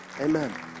Amen